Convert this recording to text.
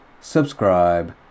subscribe